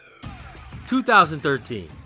2013